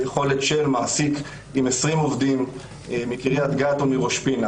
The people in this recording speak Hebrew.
היכולת של מעסיק עם 20 עובדים מקריית גת או מראש פינה